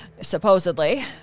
supposedly